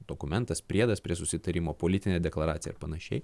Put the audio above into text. dokumentas priedas prie susitarimo politinė deklaracija ar panašiai